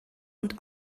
und